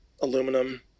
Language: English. aluminum